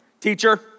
teacher